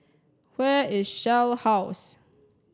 where is Shell House